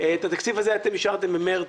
את התקציב הזה אתם אישרתם במרץ,